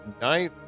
nine